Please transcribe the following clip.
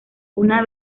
una